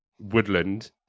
woodland